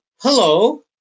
hello